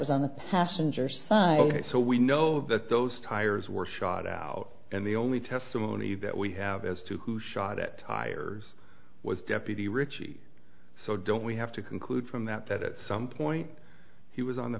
was on the passenger side so we know that those tires were shot out and the only testimony that we have as to who shot it tires was deputy richie so don't we have to conclude from that that some point he was on the